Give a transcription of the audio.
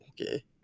okay